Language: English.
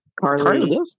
Carly